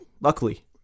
luckily